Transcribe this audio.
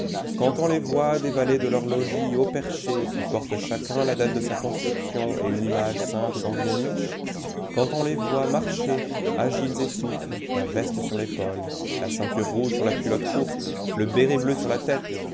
quand on les voit dévaler de leurs logis haut perchés qui portent chacun la date de sa construction et une image sainte dans une niche quand on les voit marcher agiles et souples la veste sur l'épaule la ceinture rouge sur la culotte courte le béret bleu sur la tête